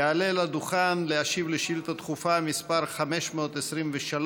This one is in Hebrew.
יעלה לדוכן להשיב על שאילתה דחופה מס' 523,